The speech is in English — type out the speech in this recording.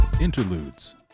Interludes